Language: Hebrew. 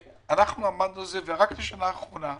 רק בשנה האחרונה,